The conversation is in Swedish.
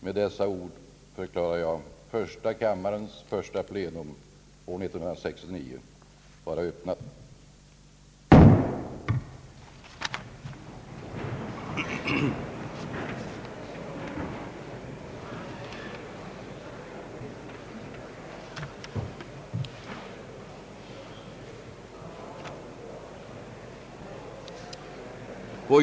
Med dessa ord förklarar jag första kammarens första plenum år 1969 öppnat.